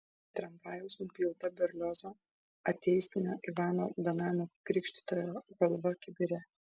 tramvajaus nupjauta berliozo ateistinio ivano benamio krikštytojo galva kibire